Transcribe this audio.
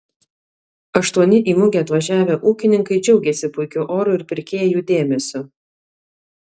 aštuoni į mugę atvažiavę ūkininkai džiaugėsi puikiu oru ir pirkėjų dėmesiu